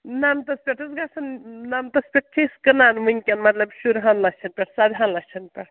نَمتَس پٮ۪ٹھ حظ گژھان نَمتَس پٮ۪ٹھ چھِ أسۍ کٕنان وُنکٮ۪ن مطلب شُراہن لَچھَن پٮ۪ٹھ سَدہان لَچھَن پٮ۪ٹھ